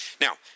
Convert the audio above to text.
Now